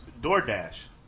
DoorDash